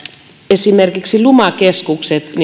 esimerkiksi luma keskuksia